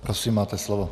Prosím, máte slovo.